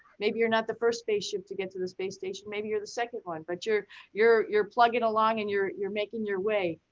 maybe you're not the first space ship to get to the space station. maybe you're the second one, but you're you're plugging along and you're you're making your way.